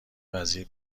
وزیر